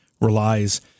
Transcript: relies